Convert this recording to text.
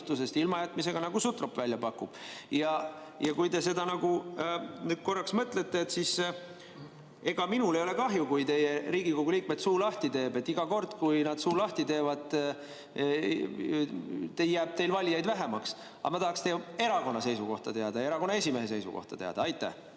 ilmajätmisega, nagu Sutrop välja pakub. Ja kui te seda nagu korraks mõtlete, siis ega minul ei ole kahju, kui [need] Riigikogu liikmed suu lahti teevad. Iga kord, kui nad suu lahti teevad, jääb teil valijaid vähemaks. Aga ma tahaksin teie erakonna seisukohta teada ja erakonna esimehe seisukohta teada. Austatud